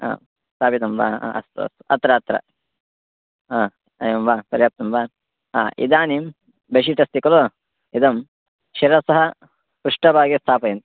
आ स्थापितं वा आम् अस्तु अत्र अत्र आम् एवं वा पर्याप्तं वा आम् इदानीं बेशिट् अस्ति खलु इदं शिरसः पृष्टभागे स्थापयन्तु